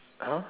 !huh!